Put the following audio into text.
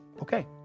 Okay